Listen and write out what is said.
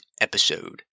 episode